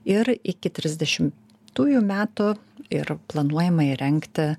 ir iki trisdešimtujų metų yra planuojama įrengti